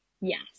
Yes